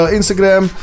Instagram